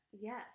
Yes